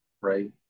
right